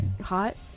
Hot